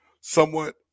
somewhat